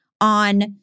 on